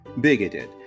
bigoted